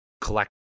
collect